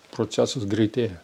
procesas greitėja